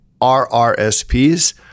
RRSPs